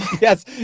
yes